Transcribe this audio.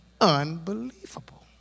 Unbelievable